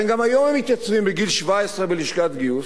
גם היום הם מתייצבים בגיל 17 בלשכת גיוס,